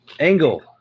Angle